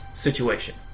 situation